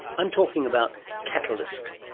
i'm talking about catalyst.